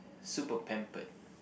super pampered